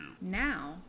Now